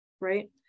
right